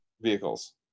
vehicles